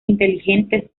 inteligentes